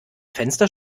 fenster